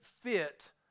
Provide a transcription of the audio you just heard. fit